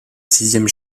sixième